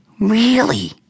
Really